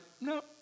no